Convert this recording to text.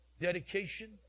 dedication